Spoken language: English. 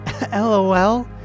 LOL